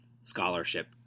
scholarship